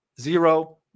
zero